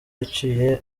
yaciye